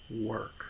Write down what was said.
work